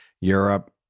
Europe